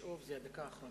לשאוף, זו הדקה האחרונה.